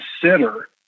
consider